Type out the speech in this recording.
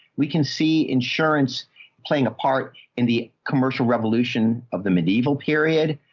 we can see insurance playing a part in the commercial revolution of the medieval period,